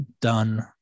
done